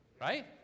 right